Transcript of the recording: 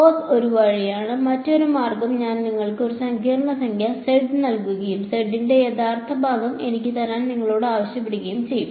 cos ഒരു വഴിയാണ് മറ്റൊരു മാർഗം ഞാൻ നിങ്ങൾക്ക് ഒരു സങ്കീർണ്ണ സംഖ്യ z നൽകുകയും z ന്റെ യഥാർത്ഥ ഭാഗം എനിക്ക് തരാൻ നിങ്ങളോട് ആവശ്യപ്പെടുകയും ചെയ്യും